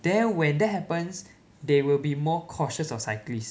there when that happens they will be more cautious of cyclists